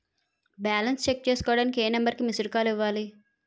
Balance check చేసుకోవటానికి ఏ number కి మిస్డ్ కాల్ ఇవ్వాలి?